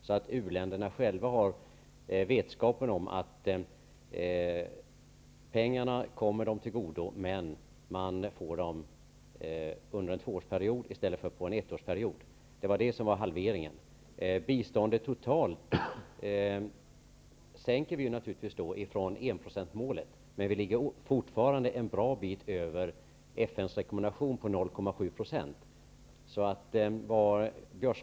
U-länderna har då vetskap om att pengarna kommer dem till godo men att de får dem under en tvåårsperiod i stället för en ettårsperiod. Det var alltså halveringen. Biståndet totalt sänker vi därmed från enprocentsmålet, men vi ligger fortfarande en bra bit över FN:s rekommendation på 0,7 %.